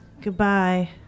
goodbye